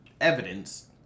evidence